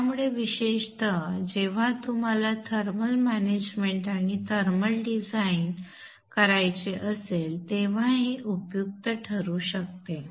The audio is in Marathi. त्यामुळे विशेषतः जेव्हा तुम्हाला थर्मल मॅनेजमेंट आणि थर्मल डिझाइन करायचे असेल तेव्हा हे उपयुक्त ठरू शकते